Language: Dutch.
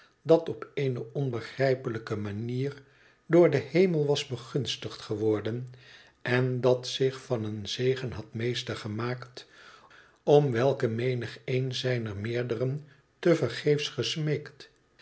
dat op eene onbegrijpelijke manier door den hemel was begunstigd geworden en dat zich van een zegen had meester gemaakt om welken menigeen zijner meerderen tevergeefs gesmeekt